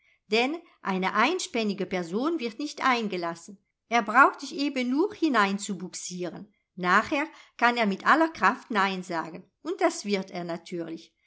denn eine einspännige person wird nicht eingelassen er braucht dich eben nur hineinzubugsieren nachher kann er mit aller kraft nein sagen und das wird er natürlich